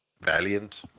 Valiant